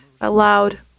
aloud